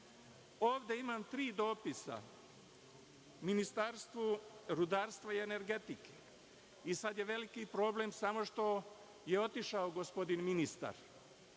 imam tri dopisa Ministarstvu rudarstva i energetike i sad je veliki problem samo što je otišao gospodin ministar.